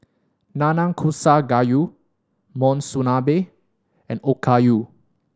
Nanakusa Gayu Monsunabe and Okayu